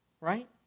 right